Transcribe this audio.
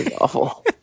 awful